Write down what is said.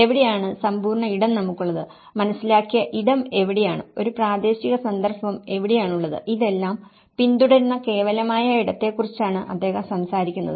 എവിടെയാണ് സമ്പൂർണ്ണ ഇടം നമുക്കുള്ളത് മനസ്സിലാക്കിയ ഇടം എവിടെയാണ് ഒരു പ്രാദേശിക സന്ദർഭം എവിടെയാണുള്ളത് ഇതെല്ലാം പിന്തുടരുന്ന കേവലമായ ഇടത്തെക്കുറിച്ചാണ് അദ്ദേഹം സംസാരിക്കുന്നത്